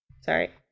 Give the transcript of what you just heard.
Sorry